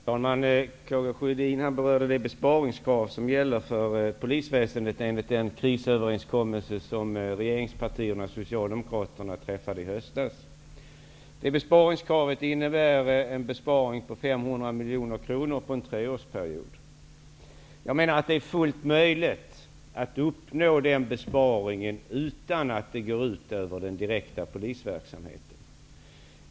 Herr talman! Karl Gustaf Sjödin berörde de besparingskrav som gäller för polisväsendet enligt den krisöverenskommelse som regeringspartierna och Socialdemokraterna träffade i höstas. Det kravet innebär en besparing på 500 miljoner kronor på en treårsperiod. Jag menar att det är fullt möjligt att göra besparingen utan att det går ut över den direkta polisverksamheten.